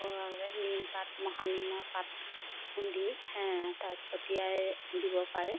ঘৰুৱাভাৱে নিম পাত মহানিমৰ পাত খুন্দি তাত ছটিয়াই দিব পাৰে